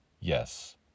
yes